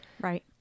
Right